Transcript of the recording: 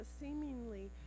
seemingly